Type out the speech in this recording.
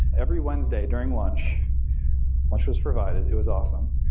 every wednesday during lunch lunch was provided. it was awesome.